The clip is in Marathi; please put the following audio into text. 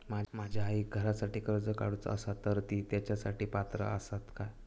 माझ्या आईक घरासाठी कर्ज काढूचा असा तर ती तेच्यासाठी पात्र असात काय?